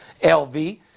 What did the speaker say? LV